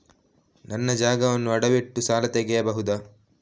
ನನ್ನ ಜಾಗವನ್ನು ಅಡವಿಟ್ಟು ಸಾಲ ತೆಗೆಯಬಹುದ?